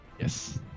Yes